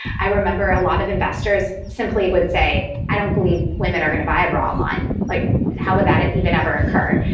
i remember a lot of investors simply would say, i don't believe women are going to buy a bra mine. like and how would that even ever occur?